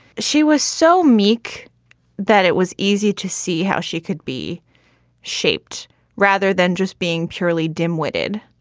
she was so meek that it was easy to see how she could be shaped rather than just being purely dimwitted.